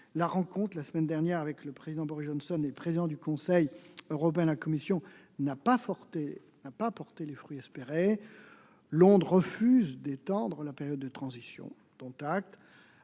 La rencontre, la semaine dernière, entre Boris Johnson et les présidents du Conseil européen et de la Commission n'a pas porté les fruits espérés. Londres refuse d'étendre la période de transition : dont acte.